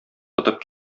тотып